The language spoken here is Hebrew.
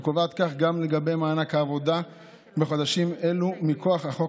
וקובעת כך גם לגבי מענק העבודה בחודשים אלו מכוח החוק